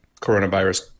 coronavirus